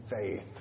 faith